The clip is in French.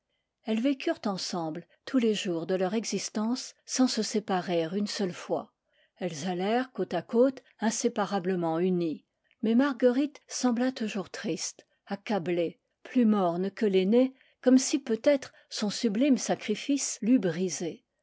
vécurent ensemble tous les jours de leur existence sans se séparer une seule fois elles allèrent côte à côte inséparablement unies mais marguerite sembla toujours triste accablée plus morne que l'aînée comme si peut-être son sublime sacrifice l'eût brisée